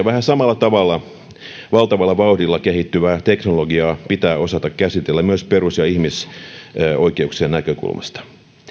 vähän samalla tavalla valtavalla vauhdilla kehittyvää teknologiaa pitää osata käsitellä myös perus ja ihmisoikeuksien näkökulmasta